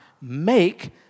make